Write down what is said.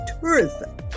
tourism